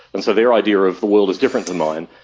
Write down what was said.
and so their idea of the world is different to mine.